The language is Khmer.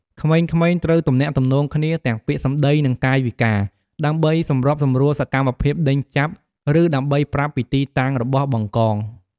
ក្មេងៗត្រូវទំនាក់ទំនងគ្នា ទាំងពាក្យសម្ដី និងកាយវិការ ដើម្បីសម្របសម្រួលសកម្មភាពដេញចាប់ ឬដើម្បីប្រាប់ពីទីតាំងរបស់ បង្កង។